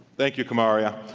thank you kamaria.